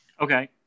Okay